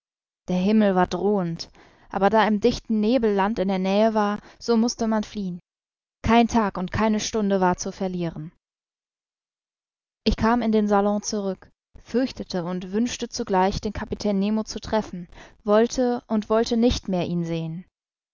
der himmel war drohend aber da im dichten nebel land in der nähe war so mußte man fliehen kein tag und keine stunde war zu verlieren ich kam in den salon zurück fürchtete und wünschte zugleich den kapitän nemo zu treffen wollte und wollte nicht mehr ihn sehen